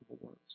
words